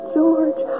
George